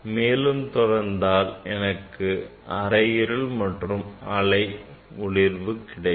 மேலும் தொடர்ந்தால் எனக்கு அரை இருள் மற்றும் அரை ஒளிர்வு கிடைக்கிறது